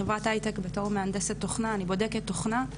חברת הייטק בתור מהנדסת תוכנה אני בודקת תוכנה,